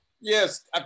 yes